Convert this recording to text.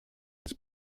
his